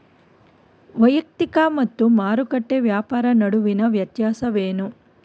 ವೈಯಕ್ತಿಕ ಮತ್ತು ಮಾರುಕಟ್ಟೆ ವ್ಯಾಪಾರ ನಡುವಿನ ವ್ಯತ್ಯಾಸವೇನು?